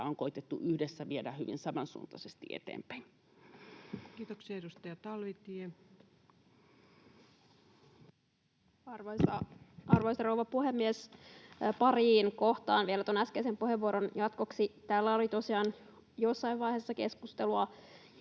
on koetettu yhdessä viedä hyvin samansuuntaisesti eteenpäin. Kiitoksia. — Edustaja Talvitie. Arvoisa rouva puhemies! Pariin kohtaan vielä tuon äskeisen puheenvuoron jatkoksi. Täällä tosiaan jossain vaiheessa keskustelua